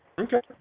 Okay